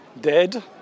dead